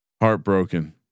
Heartbroken